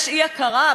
יש אי-הכרה?